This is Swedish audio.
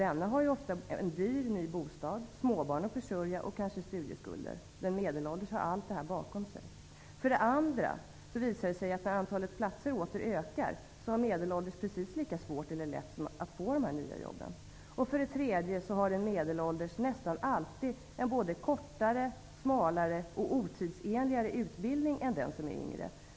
Denne har ofta en dyr, ny bostad, småbarn att försörja och kanske studieskulder. Den medelålders har allt detta bakom sig. För det andra visar det sig nu när antalet lediga platser åter ökar, att de medelålders har precis lika svårt eller lätt att få dessa nya jobb. För det tredje har den medelålders nästan alltid en både kortare, smalare och otidsenligare utbildning än den yngre.